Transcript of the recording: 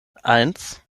eins